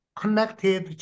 connected